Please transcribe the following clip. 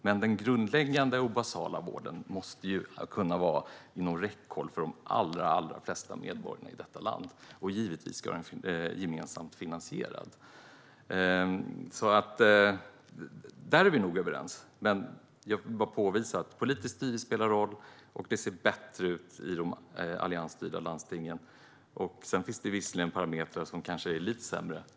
Men den grundläggande och basala vården måste kunna vara inom räckhåll för de allra flesta medborgare i detta land, och givetvis ska den vara gemensamt finansierad. Där är vi nog överens. Jag vill bara påvisa att politiskt styre spelar roll, och det ser bättre ur i de alliansstyrda landstingen. Sedan finns det visserligen parametrar som kanske är lite sämre.